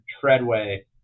Treadway